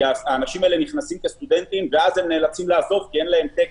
כי האנשים האלה נכנסים כסטודנטים ואז הם נאלצים לעזוב כי אין להם תקן.